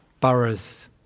boroughs